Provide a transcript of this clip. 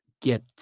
get